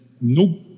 nope